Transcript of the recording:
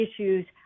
issues